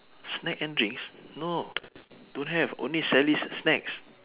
snack and drinks no don't have only sally's snacks